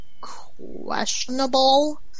questionable